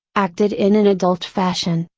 acted in an adult fashion,